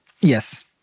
Yes